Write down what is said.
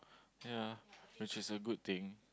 ya which is a good thing